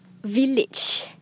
Village